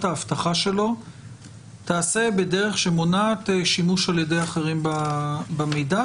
האבטחה שלה תיעשה בדרך שמונעת שימוש על ידי אחרים במידע,